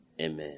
Amen